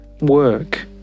work